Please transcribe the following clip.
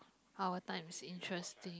our time is interesting